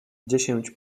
dziesięć